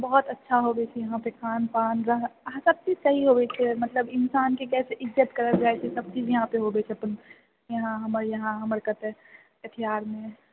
बहुत अच्छा होवे छै यहाँके खानपान हँ सबचीज सही होवे छै सब इंसानके कैसे इज्जत करल जाय छै सबचीज यहाँ पे होवे छै अपन यहाँ हमर यहाँ हमर कटिहारमे